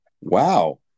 Wow